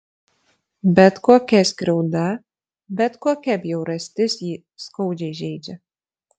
bet kokia skriauda bet kokia bjaurastis jį skaudžiai žeidžia